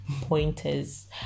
pointers